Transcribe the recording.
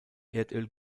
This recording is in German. erdöl